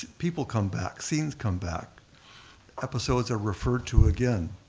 people come back, scenes come back episodes are referred to again.